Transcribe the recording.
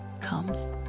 comes